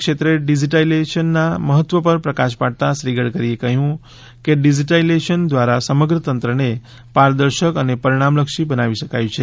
ક્ષેત્રે ડિજિટલાઇઝેશનના મહત્વ પર પ્રકાશ પાડતાં શ્રી ગડકરીએ જણાવ્યું કે ડિજિટલાઇઝેશન દ્વારા સમગ્ર તંત્રને પારદર્શક અને પરિણામલક્ષી બનાવી શકાય છે